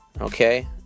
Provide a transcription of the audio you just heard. okay